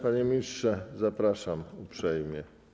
Panie ministrze, zapraszam uprzejmie.